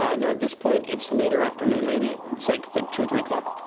ah no, at this point it's later afternoon, maybe. it's like two or three o'clock.